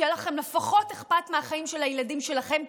שיהיה לכם לפחות אכפת מהחיים של הילדים שלכם,